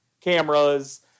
cameras